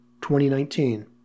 2019